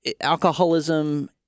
alcoholism